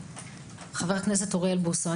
חבר הכנסת אוריאל בוסו,